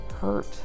hurt